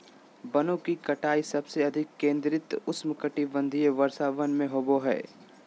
वनों की कटाई सबसे अधिक केंद्रित उष्णकटिबंधीय वर्षावन में होबो हइ